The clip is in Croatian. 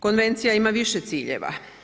Konvencija ima više ciljeva.